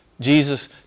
Jesus